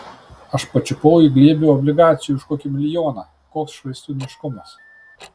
aš pačiupau į glėbį obligacijų už kokį milijoną koks švaistūniškumas